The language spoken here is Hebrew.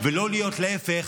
ולא להיות להפך,